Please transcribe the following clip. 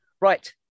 right